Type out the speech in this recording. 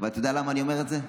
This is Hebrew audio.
ואתה יודע למה אני אומר את זה?